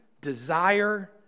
desire